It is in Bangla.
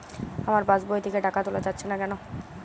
আমার পাসবই থেকে টাকা তোলা যাচ্ছে না কেনো?